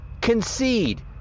concede